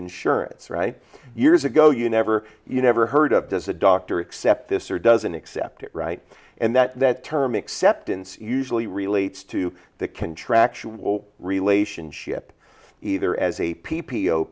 insurance right years ago you never you never heard of does a doctor accept this or doesn't accept it right and that that term acceptance usually relates to the contractual relationship either as a p